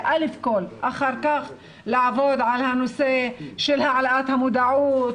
אחר כך לעבוד על הנושא של העלאת המודעות,